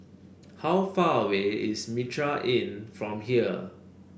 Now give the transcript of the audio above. how far away is Mitraa Inn from here